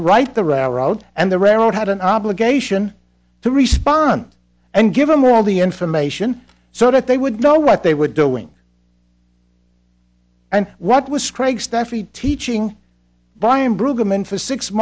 to write the railroad and the railroad had an obligation to respond and give them all the information so that they would know what they were doing and what was craig stuffy teaching